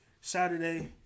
Saturday